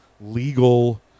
legal